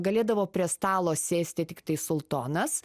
galėdavo prie stalo sėsti tiktai sultonas